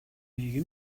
нэг